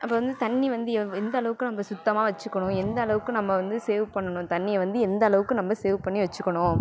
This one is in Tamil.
அப்போ வந்து தண்ணி வந்து எவ் எந்தளவுக்கு நம்ப சுத்தமாக வெச்சுக்கணும் எந்தளவுக்கு நம்ப வந்து சேவ் பண்ணணும் தண்ணியை வந்து எந்தளவுக்கு நம்ப சேவ் பண்ணி வெச்சுக்கணும்